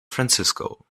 francisco